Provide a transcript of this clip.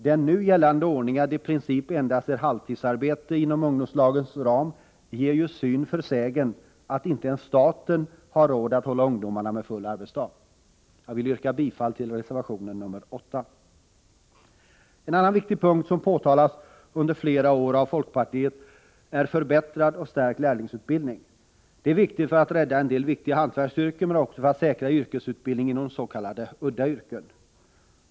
Den nu gällande ordningen, dvs. i princip endast halvtidsarbete inom ungdomslagens ram, bär ju syn för sägen att inte ens staten har råd att hålla ungdomarna med full arbetsdag. Jag vill yrka bifall till reservation nr 8. En annan viktig punkt som har framhållits under flera år av folkpartiet är förbättrad och stärkt lärlingsutbildning. Detta är angeläget för att rädda en del viktiga hantverksyrken men också för att säkra yrkesutbildningen inom s.k. udda yrken.